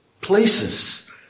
places